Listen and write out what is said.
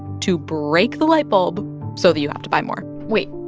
to break the light bulb so that you have to buy more wait.